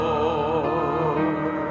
Lord